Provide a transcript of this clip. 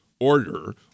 order